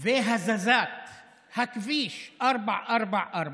ולהזזת כביש 444,